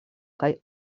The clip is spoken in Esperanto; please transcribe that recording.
kaj